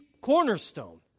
cornerstone